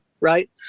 Right